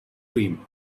cream